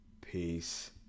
Peace